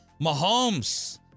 Mahomes